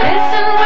Listen